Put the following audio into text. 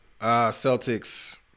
Celtics